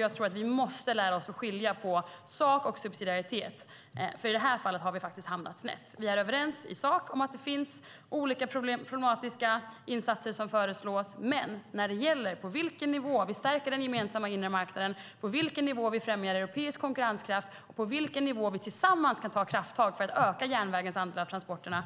Jag tror att vi måste lära oss att skilja på sak och subsidiaritet. I detta fall har vi faktiskt hamnat snett. Vi är överens i sak om att det föreslås problematiska insatser. Men när det gäller på vilken nivå vi stärker den gemensamma inre marknaden, på vilken nivå vi främjar europeisk konkurrens, och på vilken nivå vi tillsammans kan ta krafttag för att öka järnvägens andel av transporterna